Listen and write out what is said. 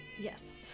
Yes